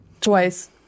Twice